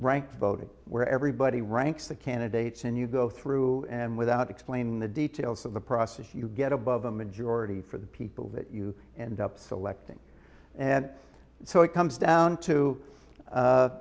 rank voting where everybody ranks the candidates and you go through and without explaining the details of the process you get above a majority for the people that you end up selecting and so it comes down to